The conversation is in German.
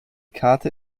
karte